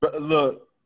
Look